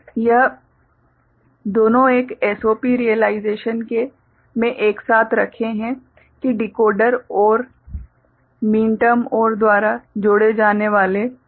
यह दोनों एक SOP रियलाइजेशन में एक साथ रखे है कि decoder OR minterms OR द्वारा जोड़े जाने वाले है